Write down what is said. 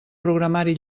programari